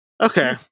Okay